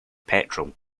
petrol